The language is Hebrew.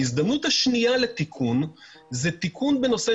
ההזדמנות השנייה לתיקון זה תיקון בנושא